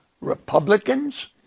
republicans